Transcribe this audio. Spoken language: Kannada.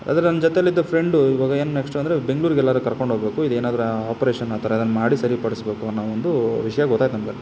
ಆದ್ರೆ ನನ್ನ ಜೊತೆಯಲ್ಲಿದ್ದ ಫ್ರೆಂಡು ಇವಾಗ ಏನು ನೆಕ್ಸ್ಟು ಅಂದರೆ ಬೆಂಗ್ಳೂರ್ಗೆ ಎಲ್ಲಾದ್ರು ಕರ್ಕೊಂಡು ಹೋಗ್ಬೇಕು ಇದು ಏನಾದರೂ ಆಪರೇಷನ್ ಆ ಥರ ಏನಾರ ಮಾಡಿ ಸರಿಪಡಿಸ್ಬೇಕು ಅನ್ನೋ ಒಂದು ವಿಷಯ ಗೊತ್ತಾಯ್ತು ನಮಗೆ